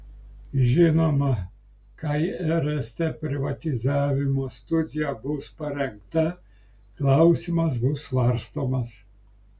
žinoma kai rst privatizavimo studija bus parengta klausimas bus svarstomas